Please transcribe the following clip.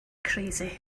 crazy